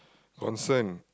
concern